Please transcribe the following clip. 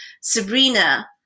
Sabrina